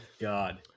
God